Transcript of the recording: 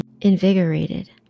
invigorated